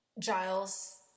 Giles